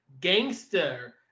Gangster